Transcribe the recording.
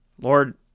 Lord